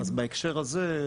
אז בהקשר הזה,